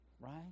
Right